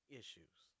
issues